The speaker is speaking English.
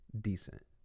decent